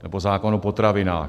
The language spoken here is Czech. Nebo zákon o potravinách.